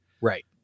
Right